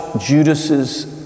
Judas's